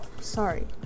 sorry